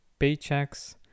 paychecks